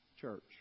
church